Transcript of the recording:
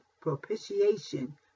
propitiation